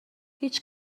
هیچ